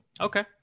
Okay